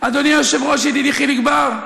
אדוני היושב-ראש, ידידי חיליק בר,